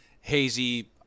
hazy